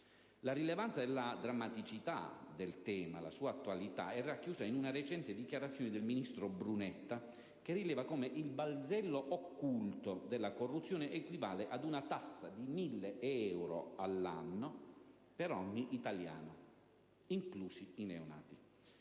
La rilevanza e la drammatica attualità del tema è racchiusa in una recente dichiarazione del ministro Brunetta che rileva come il balzello occulto della corruzione «equivale ad una tassa di mille euro all'anno per ogni italiano, neonati